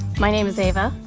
my name is ava,